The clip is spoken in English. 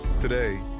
today